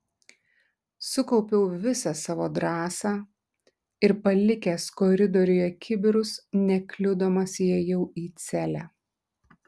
sukaupiau visą savo drąsą ir palikęs koridoriuje kibirus nekliudomas įėjau į celę